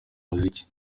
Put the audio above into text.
umuziki